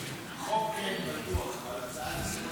--- חוק אין, בטוח, אבל הצעה לסדר